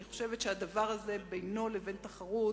אני חושבת שהדבר הזה, בינו לבין תחרות